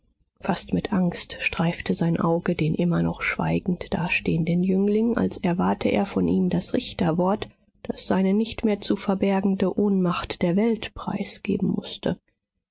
fast mit angst streifte sein auge den immer noch schweigend dastehenden jüngling als erwarte er von ihm das richterwort das seine nicht mehr zu verbergende ohnmacht der welt preisgeben mußte